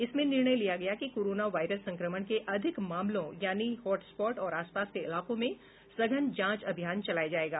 इसमें निर्णय लिया गया कि कोरोना वायरस संक्रमण के अधिक मामलों यानी हॉट स्पॉट और आसपास के इलाकों में सघन जांच अभियान चलाया जायेगा